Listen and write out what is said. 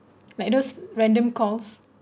like those random calls